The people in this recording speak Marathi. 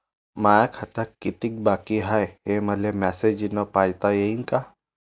माया खात्यात कितीक बाकी हाय, हे मले मेसेजन पायता येईन का?